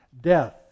Death